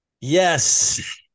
Yes